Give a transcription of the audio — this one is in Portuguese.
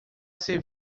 ser